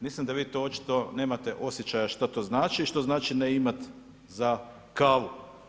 Mislim da vi to očito nemate osjećaja što to znači i što znači ne imati za kavu.